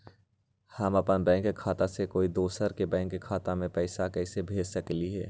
हम अपन बैंक खाता से कोई दोसर के बैंक खाता में पैसा कैसे भेज सकली ह?